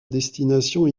destination